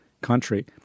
country